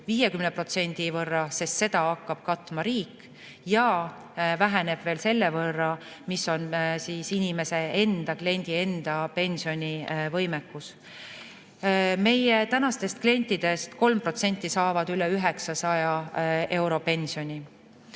50% võrra, sest seda hakkab katma riik, ja väheneb ka selle võrra, mis on inimese enda, kliendi enda pensionivõimekus. Meie tänastest klientidest 3% saavad üle 900 euro pensioni,